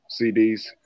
CDs